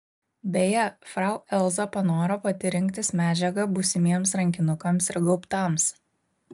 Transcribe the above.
beje frau elza panoro pati rinktis medžiagą būsimiems rankinukams ir gaubtams